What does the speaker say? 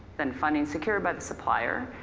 then funding secured by the supplier.